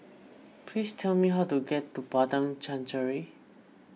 please tell me how to get to Padang Chancery